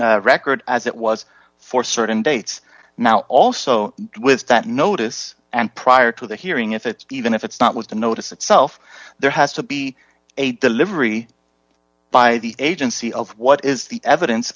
medical record as it was for certain dates now also with that notice and prior to that hearing if it even if it's not with the notice itself there has to be a delivery by the agency of what is the evidence